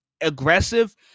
aggressive